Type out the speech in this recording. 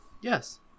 yes